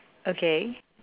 okay